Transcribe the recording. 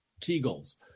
kegels